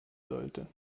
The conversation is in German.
sollte